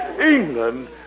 England